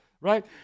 right